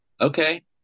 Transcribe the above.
Okay